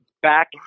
Back